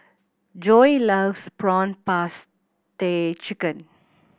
Joi loves prawn paste chicken